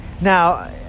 Now